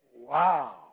Wow